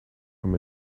from